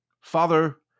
Father